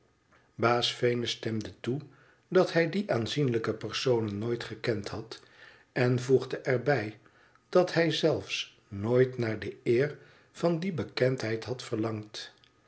baas venus stemde toe dat hij die aanzienlijke personen nooit gekend had en voegde er bij dat hij zelfs nooit naar de eer van die bekendheid had verlangd